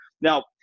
Now